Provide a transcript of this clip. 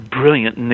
brilliant